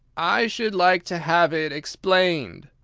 i should like to have it explained,